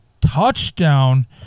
touchdown